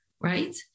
right